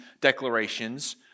declarations